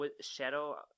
Shadow